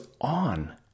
on